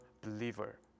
believer